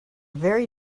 very